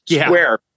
square